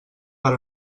per